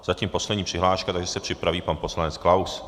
Zatím poslední přihláška, další se připraví pan poslanec Klaus.